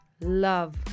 love